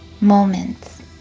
moments